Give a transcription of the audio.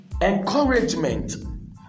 encouragement